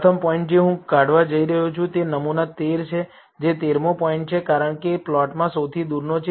પ્રથમ પોઇન્ટ કે જે હું કાઢવા જઇ રહ્યો છું તે નમૂના 13 છે જે 13 મો પોઇન્ટ છે કારણ કે તે પ્લોટમાં સૌથી દૂરનો છે